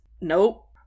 nope